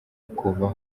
kuva